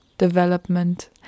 Development